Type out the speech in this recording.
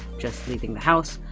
just leaving the house.